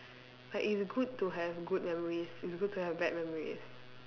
like it is good to have good memories it's good to have bad memories